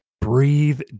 breathe